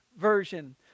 version